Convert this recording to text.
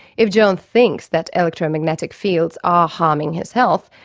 if john thinks that electro-magnetic fields are harming his health,